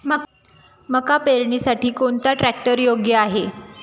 मका पेरणीसाठी कोणता ट्रॅक्टर योग्य आहे?